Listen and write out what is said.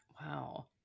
wow